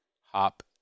hop